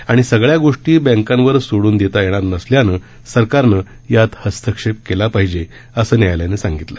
आणि सगळ्या गोष्टी बँकांवर सोडून देता येणार नसल्यानं सरकारनं यात हस्तक्षेप केला पाहिज् असं न्यायालयानं सांगितलं